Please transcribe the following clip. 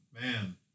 man